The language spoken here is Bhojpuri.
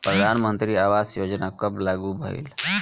प्रधानमंत्री आवास योजना कब लागू भइल?